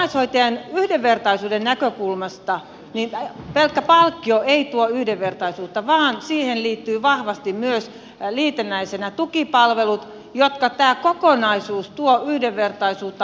omaishoitajien yhdenvertaisuuden näkökulmasta pelkkä palkkio ei tuo yhdenvertaisuutta vaan siihen liittyvät vahvasti liitännäisenä myös tukipalvelut ja tämä kokonaisuus tuo yhdenvertaisuutta